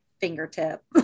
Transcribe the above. fingertip